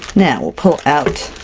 now we'll pull out